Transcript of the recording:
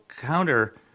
counter